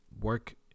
work